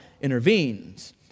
intervenes